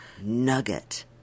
nugget